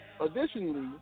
Additionally